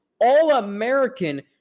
All-American